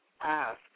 ask